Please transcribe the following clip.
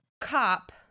cop